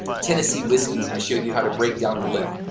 tennessee whiskey and i showed you how to break down the lick,